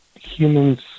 humans